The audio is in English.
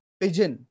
pigeon